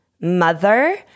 mother